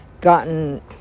gotten